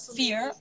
fear